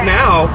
now